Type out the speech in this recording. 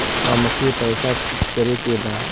अमके पैसा फिक्स करे के बा?